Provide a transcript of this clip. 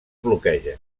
bloqueja